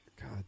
God